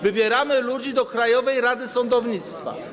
Wybieramy ludzi do Krajowej Rady Sądownictwa.